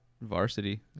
varsity